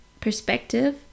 perspective